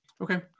Okay